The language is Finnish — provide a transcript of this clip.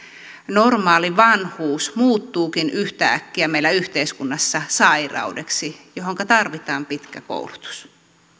normaali vanhuus muuttuukin yhtäkkiä meillä yhteiskunnassa sairaudeksi johonka tarvitaan pitkä koulutus